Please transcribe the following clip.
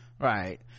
right